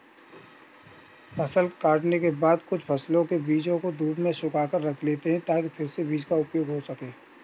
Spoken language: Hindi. फसल काटने के बाद कुछ फसल के बीजों को धूप में सुखाकर रख लेते हैं ताकि फिर से बीज का उपयोग हो सकें